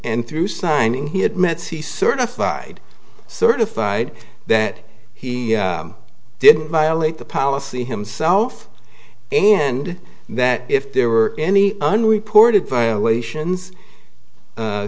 and through signing he admits he certified certified that he didn't violate the policy himself and that if there were any unreported violations